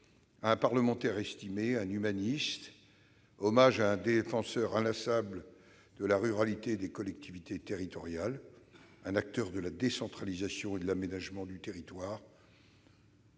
un parlementaire estimé, un humaniste. C'est un hommage à un défenseur inlassable de la ruralité et des collectivités territoriales, un acteur majeur de la décentralisation et de l'aménagement du territoire,